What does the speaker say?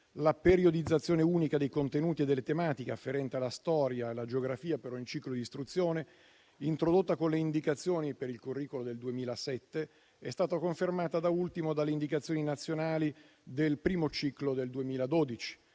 la periodizzazione unica dei contenuti e delle tematiche afferente alla storia e alla geografia per ogni ciclo di istruzione, introdotta con le indicazioni per il curricolo del 2007, è stata confermata, da ultimo, dalle indicazioni nazionali del primo ciclo del 2012.